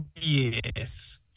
yes